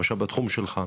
למשל בתחום שלך.